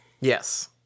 yes